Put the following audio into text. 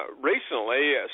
recently